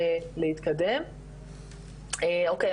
אוקיי,